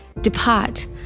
Depart